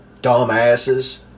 dumbasses